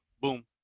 Boom